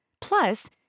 Plus